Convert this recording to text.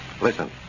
Listen